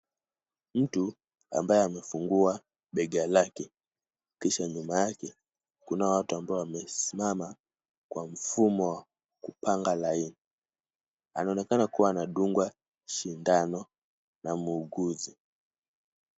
Mtu ambaye amefungua bega lake, kisha nyuma yake kuna watu ambao wamesimama kwa mfumo wa kupanga line . Anaonekana kuwa anadungwa sindano na muuguzi.